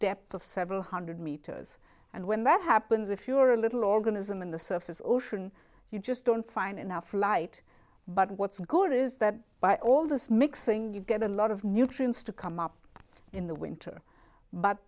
depth of several hundred meters and when that happens if you're a little organism in the surface ocean you just don't find enough light but what's good is that by all this mixing you get a lot of nutrients to come up in the winter but